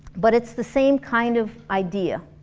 but it's the same kind of idea,